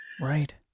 Right